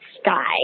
sky